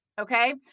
Okay